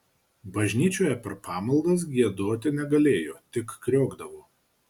bažnyčioje per pamaldas giedoti negalėjo tik kriokdavo